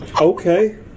Okay